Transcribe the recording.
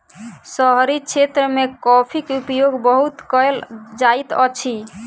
शहरी क्षेत्र मे कॉफ़ीक उपयोग बहुत कयल जाइत अछि